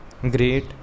great